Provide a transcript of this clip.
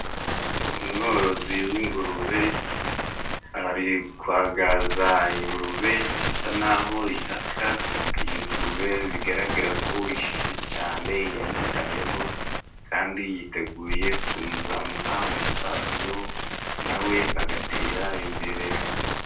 Umworozi w' ingurube ari kwagaza ingurube isa naho ihaka; iyi ngurube bigaragara ko ishishe cyane yayitayeho kandi yiteguye kuzamuha umusaruro, nawe agatera imbere.